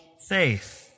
faith